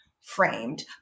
framed